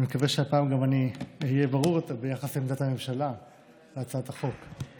אני מקווה שהפעם גם אהיה ברור יותר ביחס לעמדת הממשלה לגבי הצעת החוק.